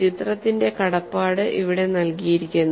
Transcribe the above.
ചിത്രത്തിന്റെ കടപ്പാട് ഇവിടെ നൽകിയിരിക്കുന്നു